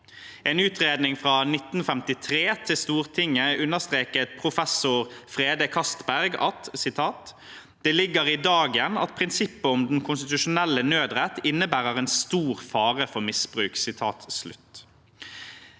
en utredning fra 1953 til Stortinget understreket professor Frede Castberg: «Det ligger i dagen at prinsippet om den konstitusjonelle nødrett innebærer en stor fare for misbruk.»